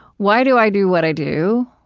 why do i do what i do?